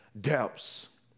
depths